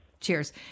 Cheers